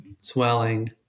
swelling